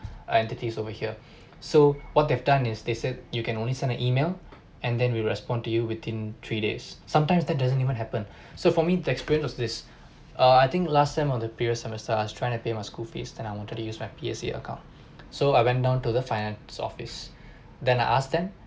uh entities over here so what they've done is they said you can only send a email and then we respond to you within three days sometimes that doesn't even happen so for me the experience was this uh I think last sem or the previous semester I was trying to pay my school fees than I wanted to use my P_S_A account so I went down to the finance office then I ask them